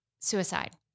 Suicide